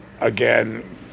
again